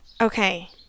Okay